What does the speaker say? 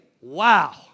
wow